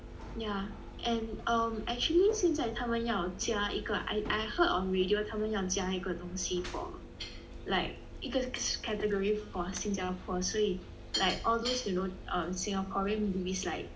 yeah and um actually 现在他们要加一个 I I heard on radio 他们要加一个东西 for like 一个 category for 新加坡所以 like all these you know um singaporean movies like